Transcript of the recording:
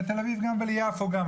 לתל אביב גם וליפו גם.